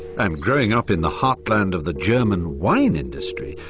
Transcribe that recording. and growing up in the heartland of the german wine industry,